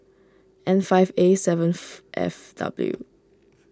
N five A seven F W